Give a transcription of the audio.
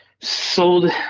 sold